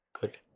good